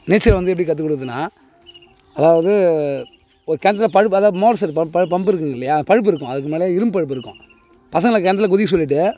நீச்சல் வந்து எப்படி கத்துக்கிறதுன்னா அதாவது ஒரு கிணத்துல பழுப்பு அதாது மோட்ரு செட் ப பழு பம்பு இருக்குது இல்லையா பழுப்பு இருக்கும் அதுக்கு முன்னால் இரும்பு பழுப்பு இருக்கும் பசங்களை கிணத்துல குதிக்க சொல்லிட்டு